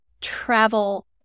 travel